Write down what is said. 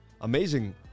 Amazing